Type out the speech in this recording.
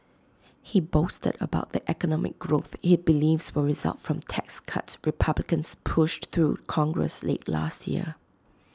he boasted about the economic growth he believes will result from tax cuts republicans pushed through congress late last year